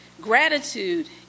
Gratitude